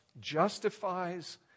justifies